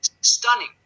Stunning